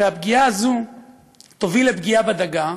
הפגיעה הזאת תוביל לפגיעה בדגה,